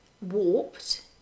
warped